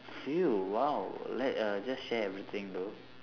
field !wow! let uh just share everything though